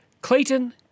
Clayton